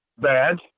bad